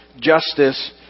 justice